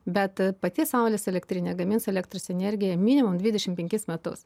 bet pati saulės elektrinė gamins elektros energiją minimum dvidešim penkis metus